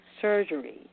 surgery